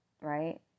right